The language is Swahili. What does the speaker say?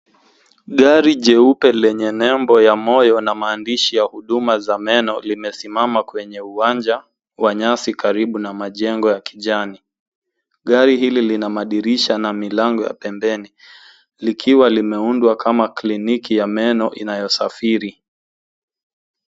Gari jeupe lenye nembo ya moyo na maandishi ya huduma za meno limesimama kwenye uwanja wa nyasi karibu na majengo ya kijani. Gari hili lina madirisha na milango ya pembeni likiwa limeundwa kama kliniki ya meno inayosafiri.